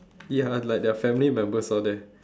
ya like their family members all there